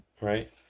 right